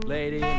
Lady